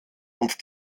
und